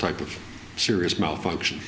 type of serious malfunction